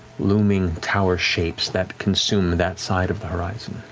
looming tower shapes that consume that side of the horizon.